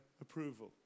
approval